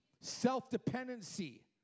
self-dependency